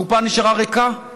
הקופה נשארה ריקה,